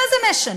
מה זה משנה,